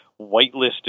whitelisted